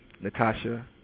Natasha